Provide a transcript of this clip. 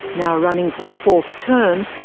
now running for a fourth term,